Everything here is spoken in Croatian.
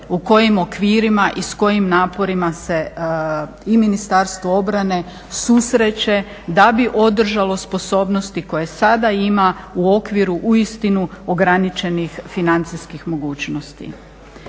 u kojim okvirima i s kojim naporima se i Ministarstvo obrane susreće da bi održalo sposobnosti koje sada ima u okviru uistinu ograničenih financijskih mogućnosti.